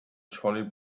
trolley